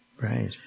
right